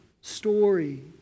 story